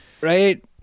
Right